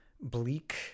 bleak